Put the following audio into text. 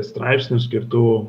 straipsnių skirtų